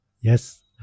Yes